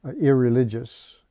irreligious